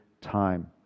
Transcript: time